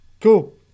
Cool